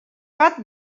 bat